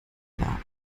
jahr